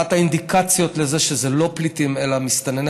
אחת האינדיקציות לזה שזה לא פליטים אלא מסתנני